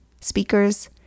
speakers